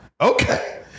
Okay